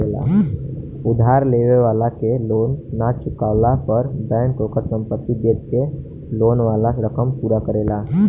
उधार लेवे वाला के लोन ना चुकवला पर बैंक ओकर संपत्ति बेच के लोन वाला रकम पूरा करेला